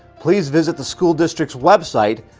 please visit the school district's website,